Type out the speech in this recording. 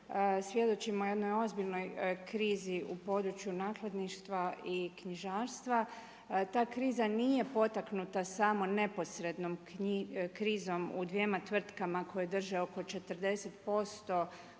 svjedočimo jednoj ozbiljnoj krizi u području nakladništva i knjižarstva. Ta kriza nije potaknuta samo neposrednom krizom u dvjema tvrtka koje drže oko 40%